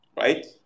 right